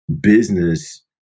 business